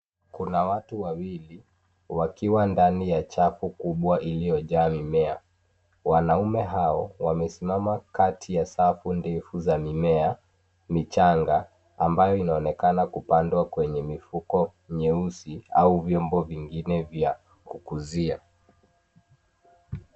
Kuna watu wawili wakiwa ndani ya chafu kubwa iliyojaa mimea. Wanaume hao wamesimama kati ya chafu ndefu za mimea michanga ambayo inaonekana kupandwa kwenye mifuko nyeusi au vyombo vingine vya kukuzia.